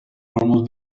almost